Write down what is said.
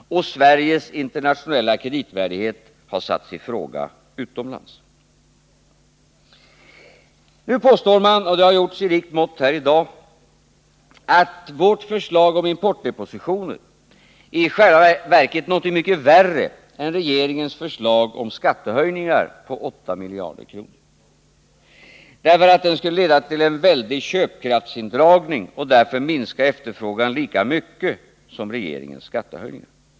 Sveriges internationella kreditvärdighet har satts i fråga utomlands. Nu påstår man — det har gjorts i rikt mått här i dag — att vårt förslag om importdepositioner i själva verket är någonting mycket värre än regeringens förslag om skattehöjningar på 8 miljarder kronor; det skulle leda till en väldig köpkraftsindragning och därför minska efterfrågan lika mycket som regeringens skattehöjning.